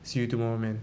see you tomorrow man